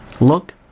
look